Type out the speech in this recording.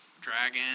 Dragon